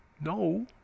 No